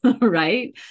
right